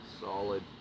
solid